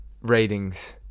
ratings